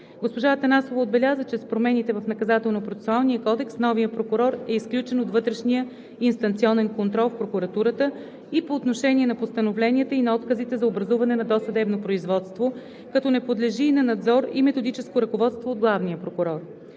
Госпожа Атанасова отбеляза, че с промените в Наказателно-процесуалния кодекс новият прокурор е изключен от вътрешния инстанционен контрол в прокуратурата по отношение на постановленията и на отказите за образуване на досъдебно производство, като не подлежи на надзор и методическо ръководство от главния прокурор.